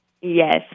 Yes